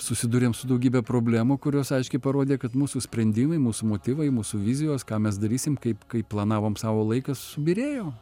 susidūrėm su daugybe problemų kurios aiškiai parodė kad mūsų sprendimai mūsų motyvai mūsų vizijos ką mes darysim kaip kaip planavom savo laiką subyrėjo